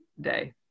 day